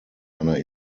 einer